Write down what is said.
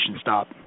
stop